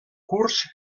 curs